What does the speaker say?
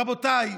רבותיי,